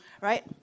right